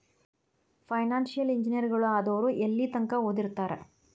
Financial ಇಂಜಿನಿಯರಗಳು ಆದವ್ರು ಯೆಲ್ಲಿತಂಕಾ ಓದಿರ್ತಾರ?